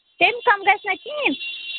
تمہِ کَم گژھِ نہ کِہیٖنۍ